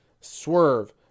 swerve